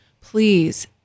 Please